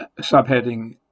Subheading